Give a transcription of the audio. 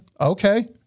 Okay